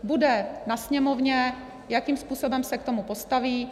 Bude na Sněmovně, jakým způsobem se k tomu postaví.